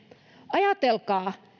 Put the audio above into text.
ajatelkaa